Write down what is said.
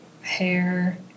hair